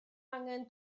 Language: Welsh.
angen